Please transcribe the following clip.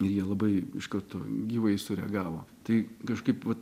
ir jie labai iš karto gyvai sureagavo tai kažkaip vat